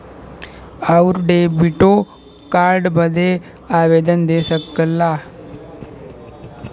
आउर डेबिटो कार्ड बदे आवेदन दे सकला